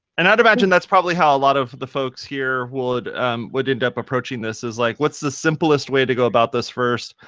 and i'd imagine that's probably how a lot of the folks here would um would end up approaching this. is, like, what's the simplest way to go about this first?